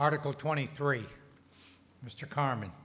article twenty three mr carmen